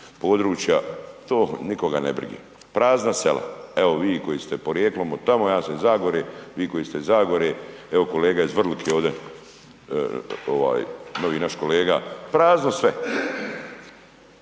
to nikoga nije briga. Prazna sela. Evo vi koji ste porijeklom od tamo, ja sam iz Zagore, vi koji ste iz Zagore, evo kolega je iz Vrlike ovdje novi naš kolega, prazno sve.